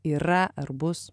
yra ar bus